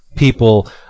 People